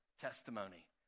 testimony